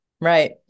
right